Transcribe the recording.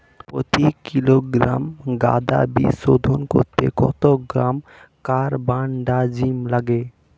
প্রতি কিলোগ্রাম গাঁদা বীজ শোধন করতে কত গ্রাম কারবানডাজিম লাগে?